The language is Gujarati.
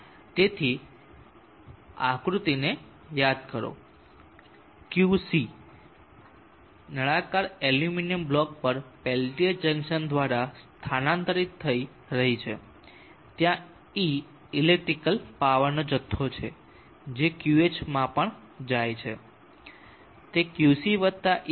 તેથી આ આકૃતિને યાદ કરો Qc નળાકાર એલ્યુમિનિયમ બ્લોક પર પેલ્ટીર જંકશન દ્વારા સ્થાનાંતરિત થઈ રહી છે ત્યાં E ઇલેક્ટ્રિકલ પાવરનો જથ્થો છે જે Qh માં પણ જાય છે તે Qc વત્તા E હશે